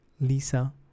Lisa